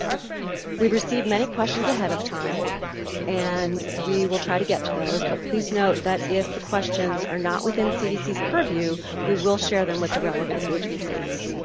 we've received many questions ahead of time and we will try to get to those, but please note that if the questions are not within cdc's purview, we will share them with the relevant agencies.